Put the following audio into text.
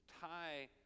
tie